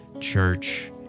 church